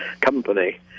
company